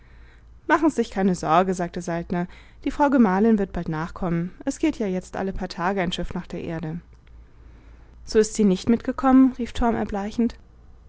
machens sich keine sorge sagte saltner die frau gemahlin wird bald nachkommen es geht ja jetzt alle paar tage ein schiff nach der erde so ist sie nicht mitgekommen rief torm erbleichend